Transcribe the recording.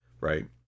Right